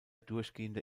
durchgehende